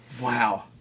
Wow